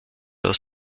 aus